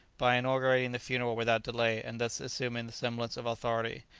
by inaugurating the funeral without delay and thus assuming the semblance of authority,